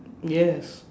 yes